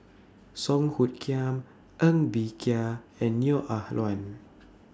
Song Hoot Kiam Ng Bee Kia and Neo Ah Luan